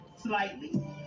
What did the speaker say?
slightly